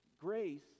grace